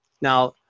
Now